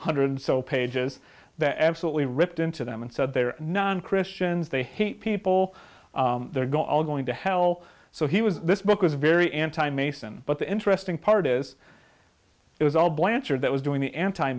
hundred so pages that absolutely ripped into them and said they're non christians they hate people they're go all going to hell so he was this book is very anti mason but the interesting part is it was all blanchard that was doing the anti